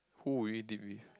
who will you eat it with